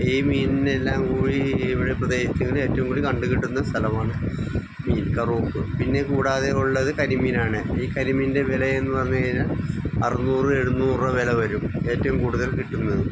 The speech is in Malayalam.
ഈ മീനിനെ എല്ലാം കൂടി ഇവിടെ പ്രദേശത്ത് ഏറ്റവും കൂടി കണ്ട കിട്ടുന്ന സ്ഥലമാണ് മീൻ കറൂപ്പ് പിന്നെ കൂടാതെ ഉള്ളത് കരിമീനാണ് ഈ കരിമീനിൻ്റെ വില എന്ന് പറഞ്ഞു കഴിഞ്ഞാൽ അറുന്നൂറ് എഴുന്നൂറ് വില വരും ഏറ്റവും കൂടുതൽ കിട്ടുന്നത്